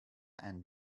and